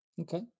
Okay